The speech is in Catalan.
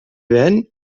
ven